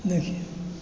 देखिऔ